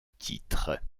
titre